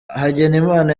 hagenimana